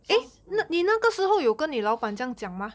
so mm